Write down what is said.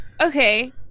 Okay